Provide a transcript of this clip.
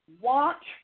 Watch